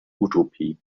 utopie